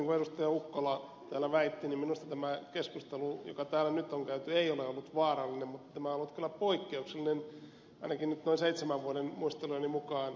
ukkola täällä väitti niin minusta tämä keskustelu joka täällä nyt on käyty ei ole ollut vaarallinen mutta tämä on ollut kyllä poikkeuksellinen ainakin nyt noin seitsemän vuoden muistelujeni mukaan